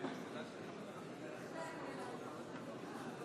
נגד אמיר אוחנה, נגד ינון